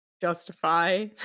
justify